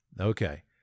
Okay